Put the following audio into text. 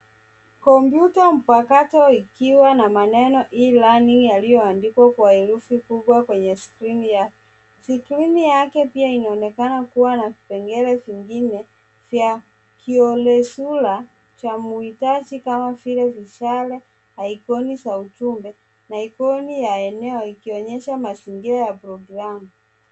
Kompyuta mpakato ikiwa na maneno e-learning yaliyoandikwa kwa herufi kubwa kwenye skrini yake. Skrini yake pia inaonekana kuwa na vipengele vingine vya kiolesura cha mahitaji kama vile vishale, ikoni za ujumbe na ikoni ya eneo ikionyesha mazingira ya programu.